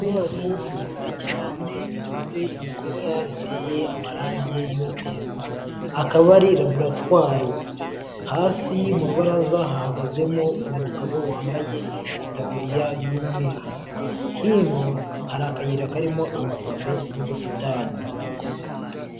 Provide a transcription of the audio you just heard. Inyubako nziza cyane ifite ibikuta biteye amarangi y'umweru akaba ari laboratwari, hasi mu rubaraza hahagazemo umugabo wambaye itaburiya y'umweru, hino hari akayira karimo amapave n'ubusitani.